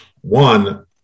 One